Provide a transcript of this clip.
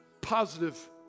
positive